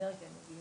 שהוועדה תוכל לקבל,